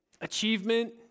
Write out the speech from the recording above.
achievement